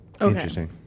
Interesting